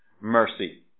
mercy